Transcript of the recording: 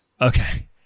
Okay